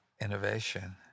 innovation